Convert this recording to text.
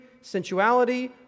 sensuality